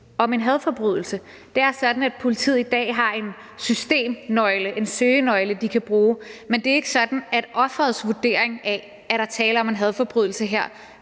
om en hadforbrydelse. Det er sådan, at politiet i dag har en systemnøgle, en søgenøgle, de kan bruge, men det er ikke sådan, at offerets vurdering af, om der er tale om en hadforbrydelse her,